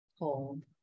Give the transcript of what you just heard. Hold